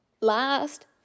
Last